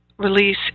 release